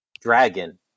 Dragon